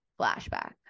Flashback